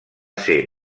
ser